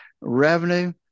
revenue